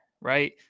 right